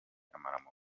amaramuko